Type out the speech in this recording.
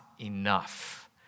enough